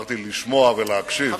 אמרתי לשמוע ולהקשיב.